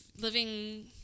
living